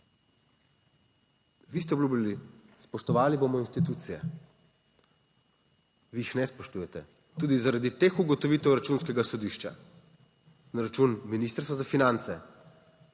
Vi ste obljubljali, spoštovali bomo institucije. Vi jih ne spoštujete, tudi zaradi teh ugotovitev Računskega sodišča na račun Ministrstva za finance